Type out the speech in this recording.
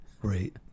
Great